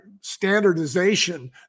standardization